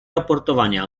raportowania